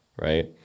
right